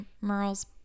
Merle's